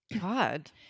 God